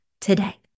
today